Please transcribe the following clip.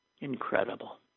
Incredible